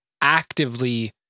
actively